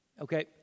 Okay